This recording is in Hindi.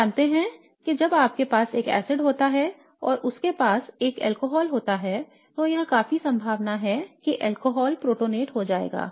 हम जानते हैं कि जब आपके पास एक एसिड होता है और आपके पास एक अल्कोहल होता है तो यह काफी संभावना है कि अल्कोहल प्रोटोनेट हो जाएगा